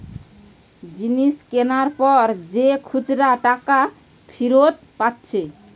জিনিস কিনার পর যে খুচরা টাকা ফিরত পাচ্ছে